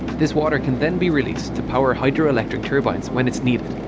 this water can then be released to power hydroelectric turbines when it's needed.